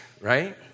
right